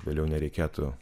vėliau nereikėtų